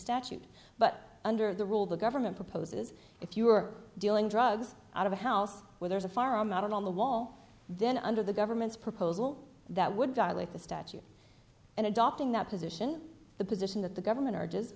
statute but under the rule the government proposes if you were dealing drugs out of a house where there's a firearm out on the wall then under the government's proposal that would violate the statute and adopting that position the position that the government or